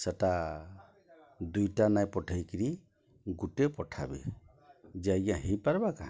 ସେଇଟା ଦୁଇଟା ନାଇଁ ପଠାଇକିରି ଗୁଟେ ପଠାବେ ଜାଇଆଁ ହେଇପାରିବ କାଁ